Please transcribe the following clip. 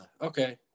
Okay